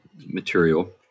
material